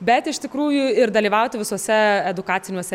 bet iš tikrųjų ir dalyvauti visose edukaciniuose